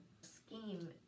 scheme